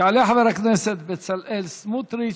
יעלה חבר הכנסת בצלאל סמוטריץ,